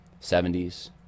70s